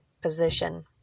position